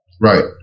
right